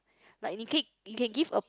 like you can you can give a